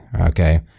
Okay